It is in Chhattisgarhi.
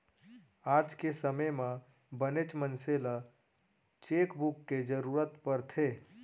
आज के समे म बनेच मनसे ल चेकबूक के जरूरत परथे